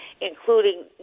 including